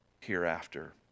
hereafter